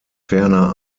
ferner